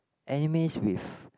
animes with